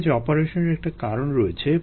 feed batch অপারেশনের একটি কারণ রয়েছে